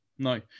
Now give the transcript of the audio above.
No